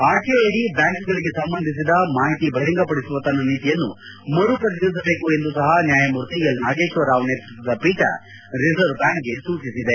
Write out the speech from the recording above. RTI ಅಡಿ ಬ್ವಾಂಕ್ಗಳಿಗೆ ಸಂಬಂಧಿಸಿದ ಮಾಹಿತಿ ಬಹಿರಂಗಪಡಿಸುವ ತನ್ನ ನೀತಿಯನ್ನು ಮರು ಪರಿಶೀಲಿಸಬೇಕು ಎಂದೂ ಸಹ ನ್ಚಾಯಮೂರ್ತಿ ಎಲ್ ನಾಗೇಶ್ವರ್ ರಾವ್ ನೇತೃತ್ವದ ಪೀಠ ರಿಸರ್ವ್ ಬ್ಚಾಂಕ್ಗೆ ಸೂಚಿಸಿದೆ